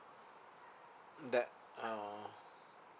that uh